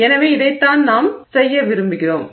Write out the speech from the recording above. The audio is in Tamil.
எனவே இதைத்தான் நாம் செய்ய விரும்புகிறோம்